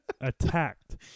attacked